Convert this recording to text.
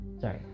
sorry